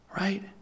right